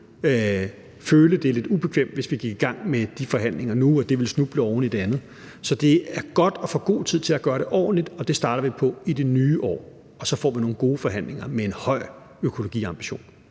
føle det lidt ubekvemt, hvis vi gik i gang med de forhandlinger nu, og at det ville snuble oven i det andet. Så det er godt at få god tid til at gøre det ordentligt, og det starter vi på i det nye år. Og så får vi nogle gode forhandlinger med høje økologiambitioner.